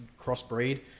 crossbreed